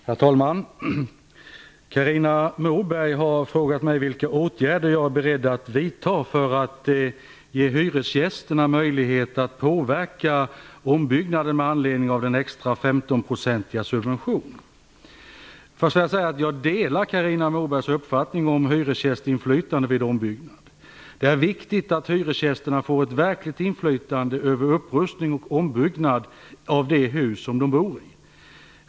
Herr talman! Carina Moberg har frågat mig vilka åtgärder jag är beredd att vidta för att ge hyresgästerna möjlighet att påverka ombyggnaden med anledning av den extra femtonprocentiga subventionen. Jag delar Carina Mobergs uppfattning om hyresgästinflytande vid ombyggnad. Det är viktigt att hyresgästerna får ett verkligt inflytande över upprustning och ombyggnad av de hus som de bor i.